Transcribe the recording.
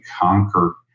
conquer